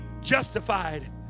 justified